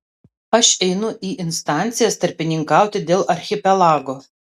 aš einu į instancijas tarpininkauti dėl archipelago